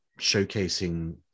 showcasing